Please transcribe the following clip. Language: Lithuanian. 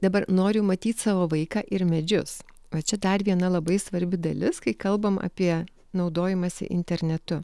dabar noriu matyt savo vaiką ir medžius o čia dar viena labai svarbi dalis kai kalbam apie naudojimąsi internetu